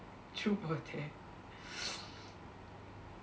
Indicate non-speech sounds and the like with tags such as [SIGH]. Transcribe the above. truth or dare [NOISE]